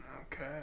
Okay